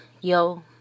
yo